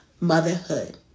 motherhood